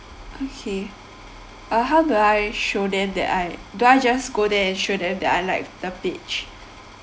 okay uh how do I show them that I do I just go there and show them that I liked the page